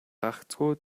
гагцхүү